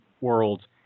world